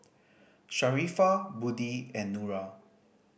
Sharifah Budi and Nura